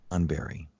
Unbury